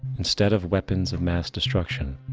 instead of weapons of mass destruction,